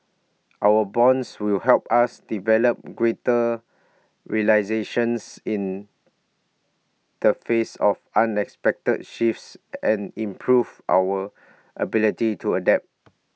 our bonds will help us develop greater resilience in the face of unexpected shifts and improve our ability to adapt